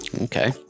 Okay